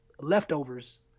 leftovers